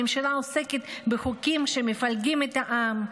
הממשלה עוסקת בחוקים שמפלגים את העם,